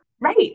Right